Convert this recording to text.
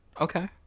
Okay